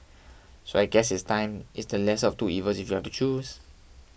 so I guess it's time it's the lesser of two evils if you have to choose